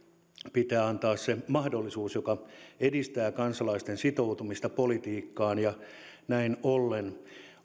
pitää antaa se mahdollisuus joka edistää kansalaisten sitoutumista politiikkaan ja näin ollen